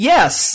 Yes